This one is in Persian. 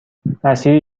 مسیری